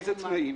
אילו תנאים?